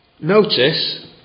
Notice